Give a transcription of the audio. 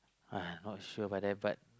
uh not sure but then but